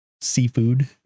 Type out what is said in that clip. seafood